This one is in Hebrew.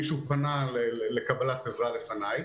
מישהו פנה לקבלת עזרה לפניי,